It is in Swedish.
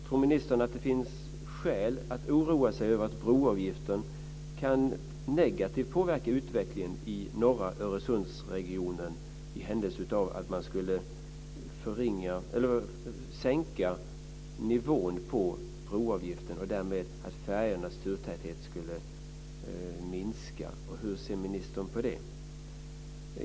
Tror ministern att det finns skäl till oro för att broavgiften negativt påverkar utvecklingen i norra Öresundsregionen? Hur ser ministern på om man skulle sänka nivån på broavgiften och färjornas turtäthet därmed skulle minska?